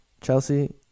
Chelsea